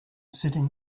sitting